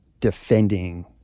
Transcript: defending